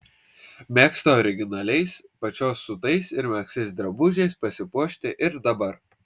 mėgsta originaliais pačios siūtais ir megztais drabužiais pasipuošti ir dabar